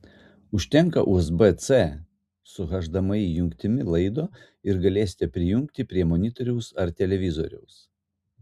užtenka usb c su hdmi jungtimi laido ir galėsite prijungti prie monitoriaus ar televizoriaus